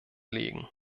legen